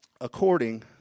according